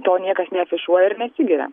to niekas neafišuoja ir nesigiria